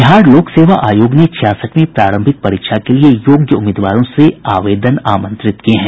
बिहार लोक सेवा आयोग ने छियासठवीं प्रारंभिक परीक्षा के लिये योग्य उम्मीदवारों से आवेदन आमंत्रित किये हैं